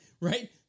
right